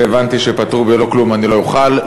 והבנתי שפטור בלא כלום אני לא אוכל.